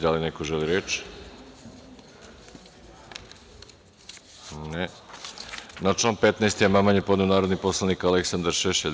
Da li neko želi reč? (Ne) Na član 15. amandman je podneo narodni poslanik Aleksandar Šešelj.